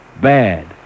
Bad